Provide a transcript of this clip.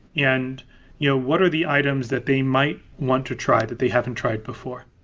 and you know what are the items that they might want to try that they haven't tried before?